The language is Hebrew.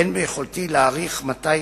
אין ביכולתי להעריך מתי